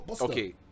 Okay